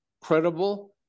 credible